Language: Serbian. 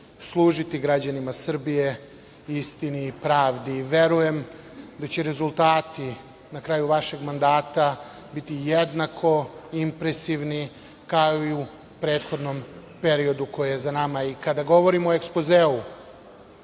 služiti građanima Srbije, istini i pravdi i verujem da će rezultati na kraju vašeg mandata biti jednako impresivni, kao i u prethodnom periodu koji je za nama. Kada govorimo o ekspozeu